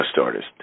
artist